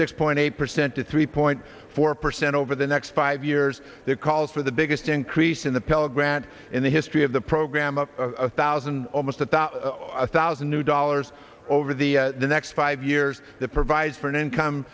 six point eight percent to three point four percent over the next five years that calls for the biggest increase in the pell grant in the history of the program of a thousand almost a thousand new dollars over the next five years that provides for an income